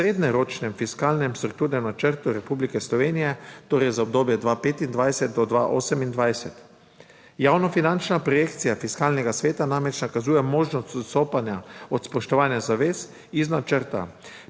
srednjeročnem fiskalnem strukturnem načrtu Republike Slovenije. Torej, za obdobje 2025-2028 javnofinančna projekcija Fiskalnega sveta namreč nakazuje možnost odstopanja od spoštovanja zavez iz načrta.